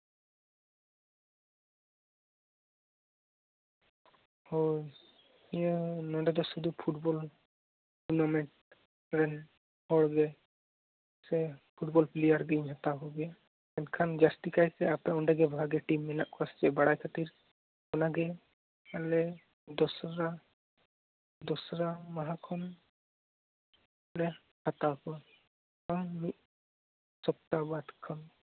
ᱦᱳᱭ ᱤᱱᱟᱹ ᱱᱚᱸᱰᱮ ᱫᱚ ᱥᱩᱫᱩ ᱯᱷᱩᱴᱵᱚᱞ ᱴᱩᱨᱱᱟᱢᱮᱱᱴ ᱨᱮ ᱦᱚᱲ ᱨᱮ ᱥᱮ ᱯᱷᱩᱴᱵᱚᱞ ᱯᱞᱮᱭᱟᱨ ᱜᱤᱧ ᱦᱟᱛᱟᱣ ᱠᱚᱜᱮᱭᱟ ᱢᱮᱱᱠᱷᱟᱱ ᱡᱟᱹᱥᱛᱤ ᱠᱟᱭᱛᱮ ᱟᱯᱮ ᱚᱸᱰᱮ ᱜᱮ ᱵᱷᱟᱜᱮ ᱴᱤᱢ ᱢᱮᱱᱟᱜ ᱠᱚᱣᱟ ᱥᱮ ᱪᱮᱫ ᱵᱟᱲᱟᱭ ᱠᱷᱟᱹᱛᱤᱨ ᱚᱱᱟ ᱜᱮ ᱟᱞᱮ ᱫᱚᱥᱚᱨᱟ ᱢᱟᱦᱟ ᱠᱷᱚᱱ ᱯᱞᱮᱭᱟᱨ ᱦᱟᱛᱟᱣ ᱠᱚᱣᱟ ᱟᱨ ᱢᱤᱫ ᱥᱚᱯᱛᱟᱦᱚ ᱵᱟᱫᱽ ᱠᱷᱚᱱ